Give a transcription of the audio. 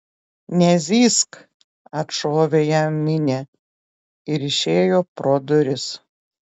nezyzk atšovė jam minė ir išėjo pro duris